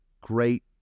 great